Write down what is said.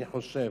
אני חושב